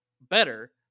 better